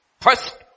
First